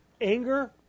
anger